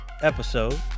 episode